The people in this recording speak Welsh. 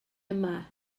yma